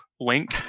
link